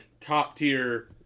top-tier